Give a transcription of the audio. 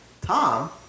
Tom